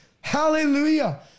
Hallelujah